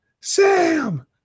Sam